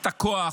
את הכוח,